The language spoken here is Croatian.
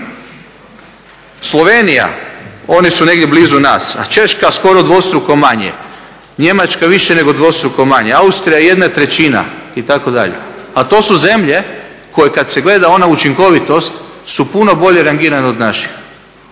Slovenija oni su negdje blizu nas, a Češka skoro dvostruko manje, Njemačka više nego dvostruko manje, Austrija 1/3 itd., a to su zemlje koje kada se gleda ona učinkovitost su puno bolje rangirane od naših